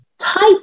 type